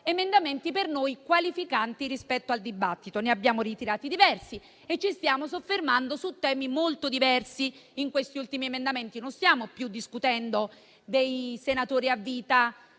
emendamenti per noi qualificanti rispetto al dibattito: dopo averne ritirati diversi, ora ci stiamo soffermando su temi molto diversi negli ultimi emendamenti. Non stiamo più discutendo dei senatori a vita,